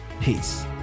Peace